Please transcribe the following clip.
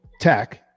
tech